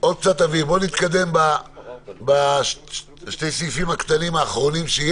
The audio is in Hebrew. בואו נתקדם בשני סעיפים הקטנים האחרונים,